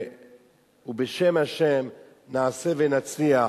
ובשם השם נעשה ונצליח.